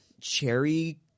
cherry